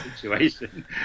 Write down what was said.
situation